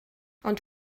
ond